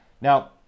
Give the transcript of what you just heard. Now